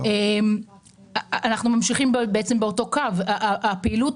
אמרנו שלא הייתה עבירה פלילית.